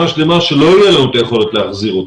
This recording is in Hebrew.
שנה שלמה שלא תהיה לנו את היכולת להחזיר אותה.